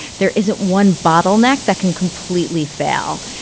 there isn't one bottleneck that can completely fail.